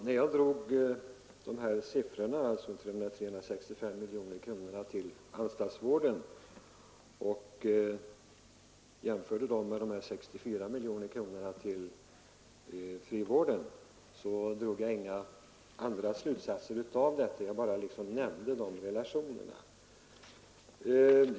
Herr talman! När jag jämförde de 365 miljonerna till anstaltsvården med de 64 miljonerna till frivården drog jag inga slutsatser av detta; jag bara nämnde relationerna.